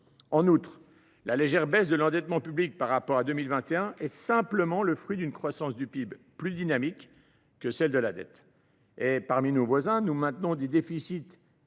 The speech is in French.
En outre, la légère baisse de l’endettement public par rapport à 2021 est simplement le fruit d’une croissance du PIB plus dynamique que celle de la dette. Par rapport à nos voisins, nous maintenons des déficits